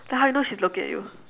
then how you know she's looking at you